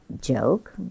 joke